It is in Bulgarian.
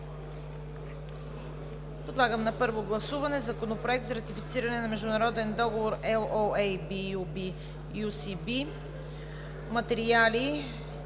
Подлагам на първо гласуване Законопроект за ратифициране на международен договор (LOA) BU-B-UCB, „Материали,